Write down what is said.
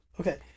Okay